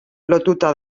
lotuta